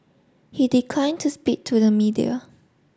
he declined to speak to the media